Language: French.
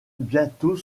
bientôt